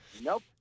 Nope